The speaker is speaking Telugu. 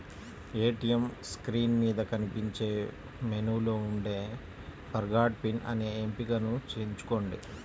ఏటీయం స్క్రీన్ మీద కనిపించే మెనూలో ఉండే ఫర్గాట్ పిన్ అనే ఎంపికను ఎంచుకోండి